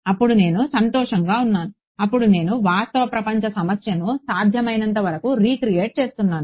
అప్పుడు నేను సంతోషంగా ఉన్నాను అప్పుడు నేను వాస్తవ ప్రపంచ సమస్యను సాధ్యమైనంత వరకు రీక్రియేట్ చేస్తున్నాను